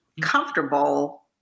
comfortable